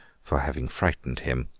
for having frightened him.